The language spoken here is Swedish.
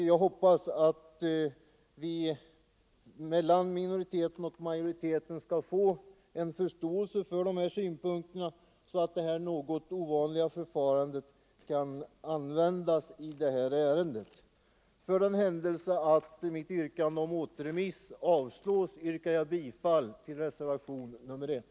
Jag hoppas att vi skall få förståelse för dessa synpunkter så att detta något ovanliga förfarande kan användas i detta ärende. För den händelse mitt yrkande om återremiss avslås yrkar jag bifall till reservationen 1.